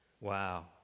Wow